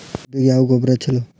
ಕಬ್ಬಿಗ ಯಾವ ಗೊಬ್ಬರ ಛಲೋ?